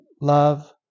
love